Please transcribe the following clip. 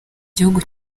gihugu